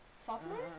Sophomore